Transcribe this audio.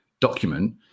document